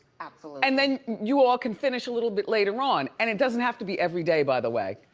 absolutely. and then you all can finish a little bit later on and it doesn't have to be every day, by the way,